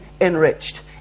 enriched